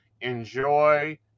Enjoy